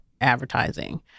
advertising